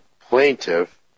plaintiff